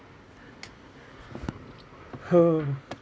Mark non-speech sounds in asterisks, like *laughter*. *noise*